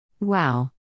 Wow